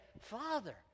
Father